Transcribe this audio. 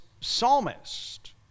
psalmist